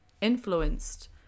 influenced